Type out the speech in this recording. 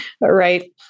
right